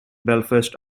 belfast